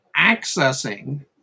accessing